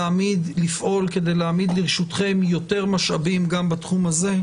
לפעול כדי להעמיד לרשותכם יותר משאבים גם בתחום הזה.